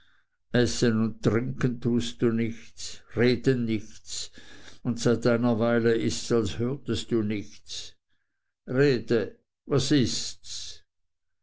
essen und trinken tust du nichts reden nichts und seit einer weile ists als hörtest du nichts rede was ists